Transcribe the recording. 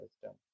system